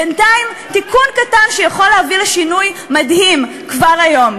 בינתיים תיקון קטן שיכול להביא לשינוי מדהים כבר היום,